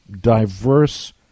diverse